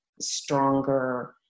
stronger